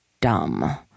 dumb